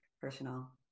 personal